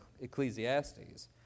Ecclesiastes